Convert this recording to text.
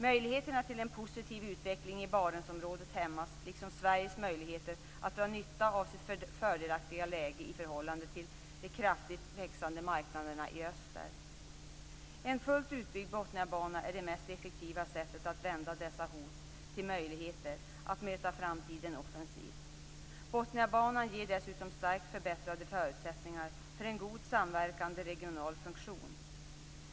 Möjligheterna till en positiv utveckling i Barensområdet hämmas liksom Sveriges möjligheter att dra nytta av sitt fördelaktiga läge i förhållande till de kraftigt växande marknaderna i öster. En fullt utbyggd Botniabana är det mest effektiva sättet att vända dessa hot till möjligheter att möta framtiden offensivt. Botniabanan ger dessutom starkt förbättrade förutsättningar för en god samverkande regional funktion.